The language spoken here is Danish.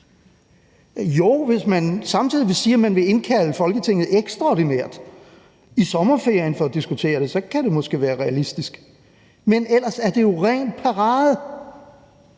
sige, at man vil indkalde Folketinget ekstraordinært i sommerferien for at diskutere det, så kan det måske være realistisk. Men ellers er det jo ren parade.